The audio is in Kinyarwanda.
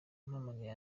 ampamagaye